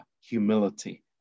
humility